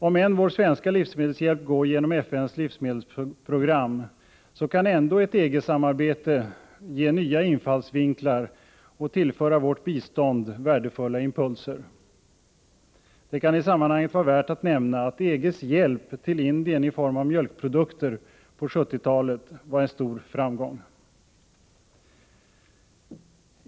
Om än vår svenska livsmedelshjälp går genom FN:s livsmedelsprogram, kan ändå ett EG-samarbete ge nya infallsvinklar och tillföra vårt bistånd värdefulla impulser. Det kan i sammanhanget vara värt att nämna att EG:s hjälp till Indien på 1970-talet i form av mjölkprodukter var en stor framgång.